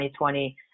2020